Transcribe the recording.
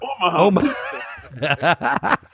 Omaha